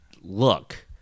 look